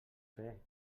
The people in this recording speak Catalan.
fer